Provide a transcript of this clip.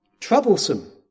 troublesome